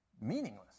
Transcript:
meaningless